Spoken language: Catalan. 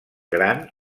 gran